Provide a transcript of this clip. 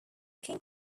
king